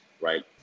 right